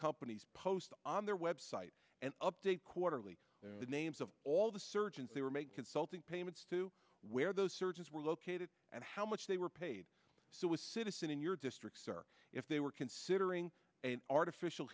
companies post on their website and update quarterly the names of all the surgeons they were made consulting payments to where those searches were located and how much they were paid was citizen in your district or if they were considering artificial